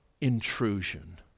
intrusion